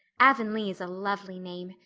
avonlea is a lovely name.